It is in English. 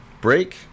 break